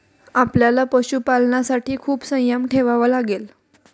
आपल्याला पशुपालनासाठी खूप संयम ठेवावा लागेल